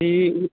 ਅਤੇ